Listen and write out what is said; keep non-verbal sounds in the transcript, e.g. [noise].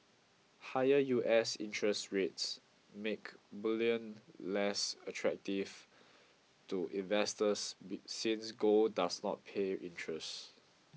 higher U S interest rates make bullion less attractive [noise] to investors since gold does not pay interest